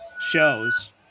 shows